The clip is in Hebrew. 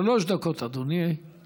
שלוש דקות לרשותך,